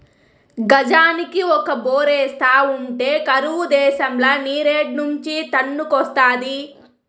గజానికి ఒక బోరేస్తా ఉంటే కరువు దేశంల నీరేడ్నుంచి తన్నుకొస్తాది